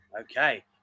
Okay